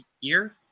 year